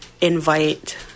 invite